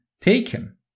taken